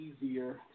easier